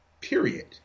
period